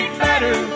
better